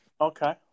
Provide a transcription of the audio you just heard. Okay